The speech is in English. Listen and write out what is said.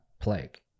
plague